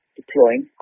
deploying